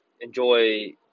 enjoy